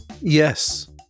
Yes